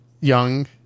young